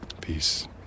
peace